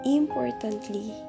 importantly